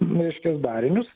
neaiškius darinius